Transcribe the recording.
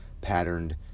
patterned